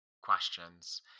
questions